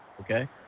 Okay